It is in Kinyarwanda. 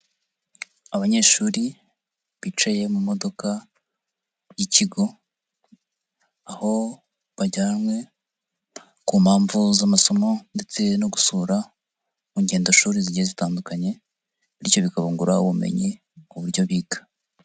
Abanyeshuri bicaye mu modoka y'ikigo, aho bajyanywe ku mpamvu z'amasomo ndetse no gusura mu ngendoshuri zigiye zitandukanye bityo bikabungura ubumenyi, mu buryo biga.